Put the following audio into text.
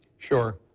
sure,